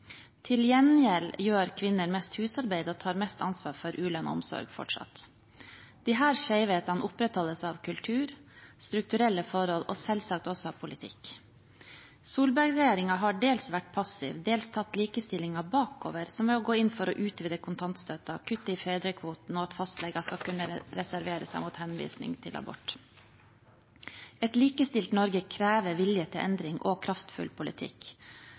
Til gjengjeld gjør kvinner mest husarbeid og tar fortsatt mest ansvar for ulønnet omsorg. Disse skjevhetene opprettholdes av kultur, strukturelle forhold og selvsagt også av politikk. Solberg-regjeringen har dels vært passiv, dels tatt likestillingen bakover, som ved å gå inn for å utvide kontantstøtten, å kutte i fedrekvoten og at fastleger skal kunne reservere seg mot henvisning til abort. Et likestilt Norge krever vilje til endring og kraftfull politikk